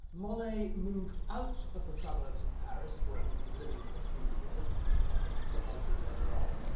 monet moved out of the suburbs of paris where he'd been living for a few years, and which i'll get get on to later on,